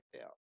out